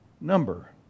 number